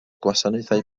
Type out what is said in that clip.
gwasanaethau